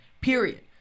Period